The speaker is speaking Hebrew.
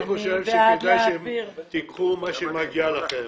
אני חושב שכדאי שתיקחו מה שמגיע לכם